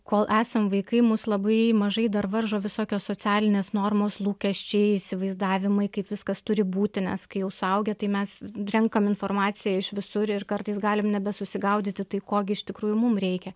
kol esam vaikai mus labai mažai dar varžo visokios socialinės normos lūkesčiai įsivaizdavimai kaip viskas turi būti nes kai jau suaugę tai mes renkame informaciją iš visur ir kartais galim nebesusigaudyti tai ko gi iš tikrųjų mum reikia